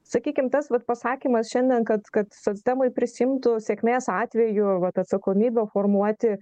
sakykime tas vat pasakymas šiandien kad kad socdemai prisiimtų sėkmės atveju vat atsakomybę formuoti